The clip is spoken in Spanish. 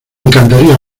encantaría